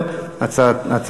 לסדר-היום,